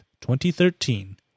2013